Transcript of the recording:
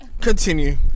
Continue